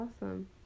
awesome